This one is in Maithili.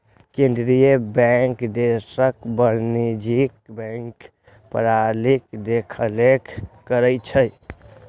केंद्रीय बैंक देशक वाणिज्यिक बैंकिंग प्रणालीक देखरेख करै छै